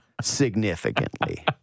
significantly